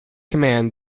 command